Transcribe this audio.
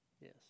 yes